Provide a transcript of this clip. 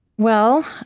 well,